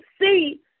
see